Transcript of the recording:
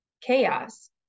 chaos